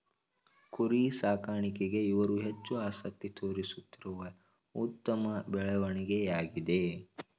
ಕುರಿ ಸಾಕಾಣಿಕೆಗೆ ಇವರು ಹೆಚ್ಚು ಆಸಕ್ತಿ ತೋರಿಸುತ್ತಿರುವುದು ಉತ್ತಮ ಬೆಳವಣಿಗೆಯಾಗಿದೆ